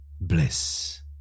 Bliss